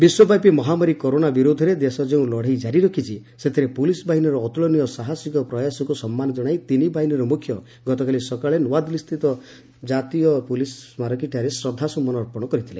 ବିଶ୍ୱବ୍ୟାପୀ ମହାମାରୀ କରୋନା ବିରୋଧରେ ଦେଶ ଯେଉଁ ଲଢେଇ ଜାରି ରଖିଛି ସେଥିରେ ପୁଲିସ ବାହିନୀର ଅତ୍କଳନୀୟ ସାହାସିକ ପ୍ରୟାସକୁ ସମ୍ମାନ ଜଣାଇ ତିନି ବାହିନୀର ମୁଖ୍ୟ ଗତକାଲି ସକାଳେ ନୂଆଦିଲ୍ଲୀସ୍ଥିତ କାତୀୟ ପୁଲିସ ସ୍କାରକୀ ଠାରେ ଶ୍ରଦ୍ଧାସ୍କୁମନ ଅର୍ପଣ କରିଥିଲେ